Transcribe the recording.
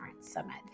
Summit